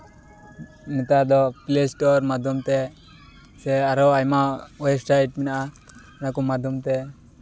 ᱱᱮᱛᱟᱨ ᱫᱚ Play Store ᱢᱟᱫᱽᱫᱷᱚᱢ ᱛᱮ ᱥᱮ ᱟᱨᱚ ᱟᱭᱢᱟ ᱳᱭᱮᱵ ᱥᱟᱭᱤᱴ ᱢᱮᱱᱟᱜᱼᱟ ᱚᱱᱟ ᱠᱚ ᱢᱟᱫᱽᱫᱷᱚᱢ ᱛᱮ